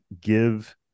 give